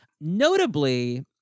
Notably